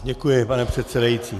Děkuji, pane předsedající.